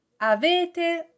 avete